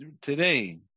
today